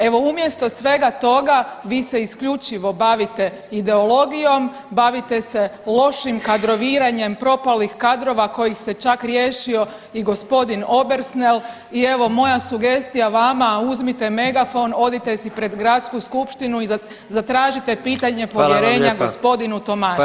Evo umjesto svega toga vi se isključivo bavite ideologijom, bavite se lošim kadroviranjem propalih kadrova kojih se čak riješio i gospodin Obersnel i evo moja sugestija vam, uzite megafon odite si pred Gradsku skupštinu i zatražite pitanje povjerenja [[Upadica: Hvala vam lijepa.]] gospodinu Tomaševiću.